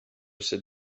said